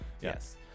Yes